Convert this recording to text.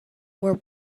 were